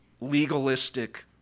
legalistic